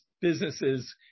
businesses